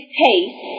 pace